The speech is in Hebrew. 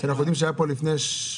מה זה חידושי תוכנה מול ספקיות